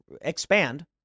expand